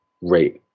rate